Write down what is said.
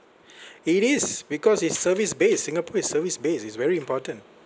it is because it's service based singapore is service base it's very important